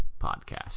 podcast